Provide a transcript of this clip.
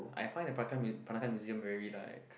I find the Peranakan Peranakan Museum really like